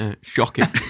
Shocking